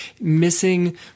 missing